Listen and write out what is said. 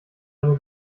eine